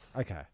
Okay